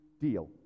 deal